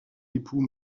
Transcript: époux